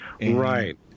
right